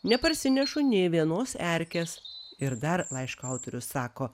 neparsinešu nei vienos erkės ir dar laiško autorius sako